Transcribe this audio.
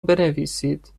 بنویسید